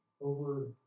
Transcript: over